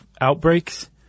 outbreaks